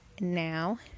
now